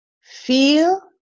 feel